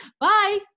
Bye